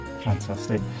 fantastic